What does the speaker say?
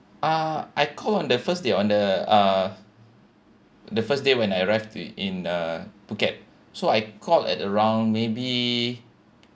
uh I call on the first day on the uh the first day when arrived I in uh phuket so I called at around maybe